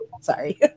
sorry